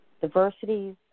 diversities